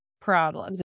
problems